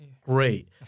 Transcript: great